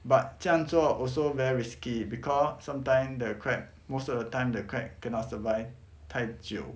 but 这样做 also very risky because sometime the crab most of the time the crab cannot survive 太久